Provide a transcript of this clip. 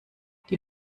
die